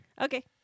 Okay